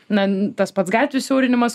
na tas pats gatvių siaurinimas